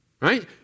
Right